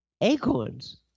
Acorns